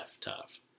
tough